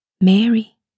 Mary